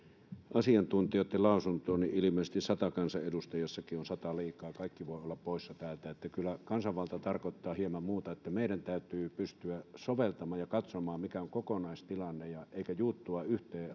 asiantuntijoitten lausuntoon niin ilmeisesti sadassa kansanedustajassakin olisi sata liikaa ja kaikki voisivat olla poissa täältä että kyllä kansanvalta tarkoittaa hieman muuta meidän täytyy pystyä soveltamaan ja katsomaan mikä on kokonaistilanne eikä juuttua yhteen asiaan